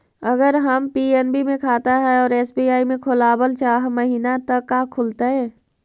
अगर हमर पी.एन.बी मे खाता है और एस.बी.आई में खोलाबल चाह महिना त का खुलतै?